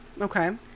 Okay